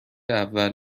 اول